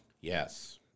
Yes